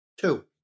two